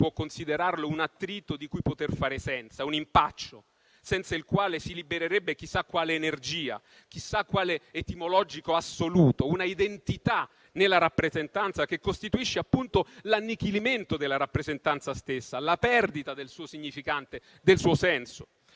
può considerarlo un attrito di cui poter fare a meno, un impaccio senza il quale si libererebbe chissà quale energia, chissà quale etimologico assoluto, una identità nella rappresentanza che costituisce appunto l'annichilimento della rappresentanza stessa, la perdita del suo significante, del suo senso.